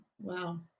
Wow